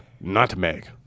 nutmeg